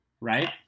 right